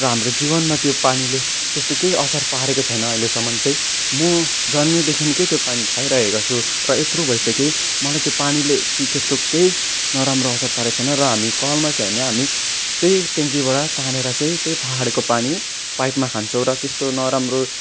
र हाम्रो जीवनमा त्यो पानीले त्यस्तो केही असर पारेको छैन अहिलेसम्म चाहिँ म जन्मेदेखिकै त्यो पानी खाइरहेको छु र यत्रो भइसकेँ मलाई त्यो पानीले छि त्यस्तो केही नराम्रो असर पारेको छैन र हामी कलमा चाहिँ होइन हामी त्यही ट्यान्कीबाट तानेर चाहिँ त्यही पाहाडको पानी पाइपमा खान्छौँ र त्यस्तो नराम्रो